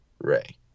Ray